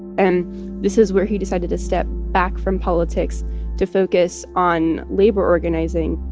and this is where he decided to step back from politics to focus on labor organizing